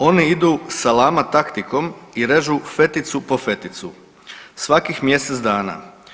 Oni idu salama taktikom i režu feticu po feticu svakih mjesec dana.